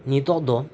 ᱱᱤᱛᱚᱜ ᱫᱚ